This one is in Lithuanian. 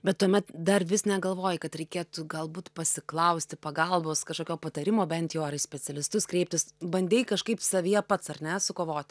bet tuomet dar vis negalvoji kad reikėtų galbūt pasiklausti pagalbos kažkokio patarimo bent jau ar į specialistus kreiptis bandei kažkaip savyje pats ar ne sukovoti